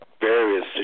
various